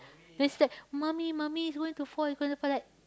then she said mommy mommy it's gonna fall it's gonna fall like